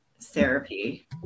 therapy